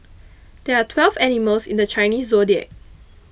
there are twelve animals in the Chinese zodiac